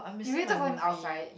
you waited for him outside